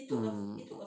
mm